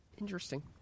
Interesting